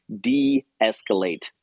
de-escalate